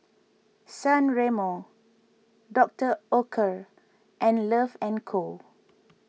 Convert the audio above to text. San Remo Doctor Oetker and Love and Co